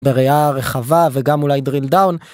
בראייה רחבה וגם אולי drill down.